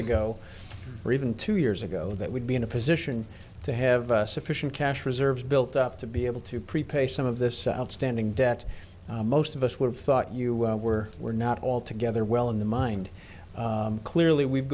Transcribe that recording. ago or even two years ago that we'd be in a position to have sufficient cash reserves built up to be able to prepay some of this outstanding debt most of us would have thought you were we're not all together well in the mind clearly we've